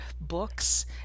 books